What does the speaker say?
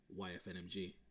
YFNMG